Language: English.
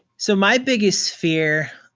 so, my biggest fear